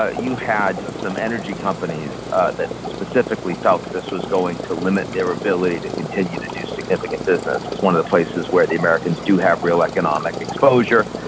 ah you had some energy companies that specifically felt this was going to limit their ability to continue to do significant business. it's one of the places where the americans do have real economic exposure,